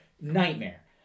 nightmare